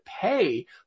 pay